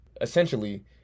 essentially